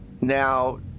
Now